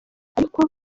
ariko